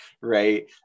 Right